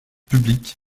publics